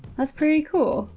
that's pretty cool.